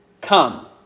come